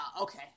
Okay